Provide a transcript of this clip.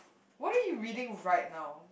what are you reading right now